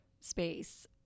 space